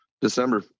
December